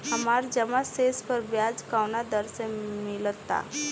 हमार जमा शेष पर ब्याज कवना दर से मिल ता?